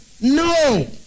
No